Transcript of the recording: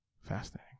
Fascinating